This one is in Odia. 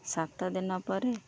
ସାତ ଦିନ ପରେ